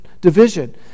division